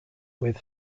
with